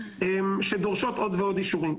שדורשות עוד ועוד אישורים.